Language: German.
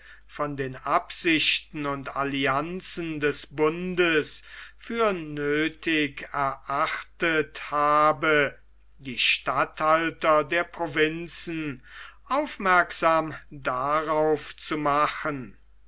von den absichten und allianzen des bundes für nöthig erachtet habe die statthalter der provinzen aufmerksam darauf zu machen